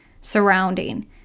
surrounding